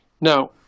Now